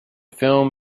film